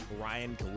Ryan